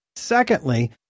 Secondly